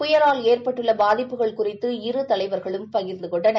புயலால் ஏற்பட்டுள்ள பாதிப்புகள் குறித்து இரு தலைவரகளும் பகிர்ந்து கொண்டனர்